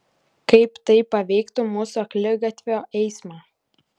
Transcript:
kaip tai paveiktų mūsų akligatvio eismą